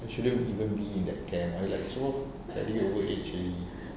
I shouldn't even be in that camp I like so overage already